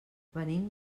venim